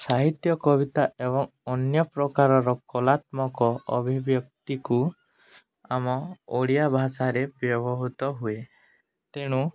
ସାହିତ୍ୟ କବିତା ଏବଂ ଅନ୍ୟ ପ୍ରକାରର କଳାତ୍ମକ ଅଭିବ୍ୟକ୍ତିକୁ ଆମ ଓଡ଼ିଆ ଭାଷାରେ ବ୍ୟବହୃତ ହୁଏ ତେଣୁ